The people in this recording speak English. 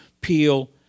peel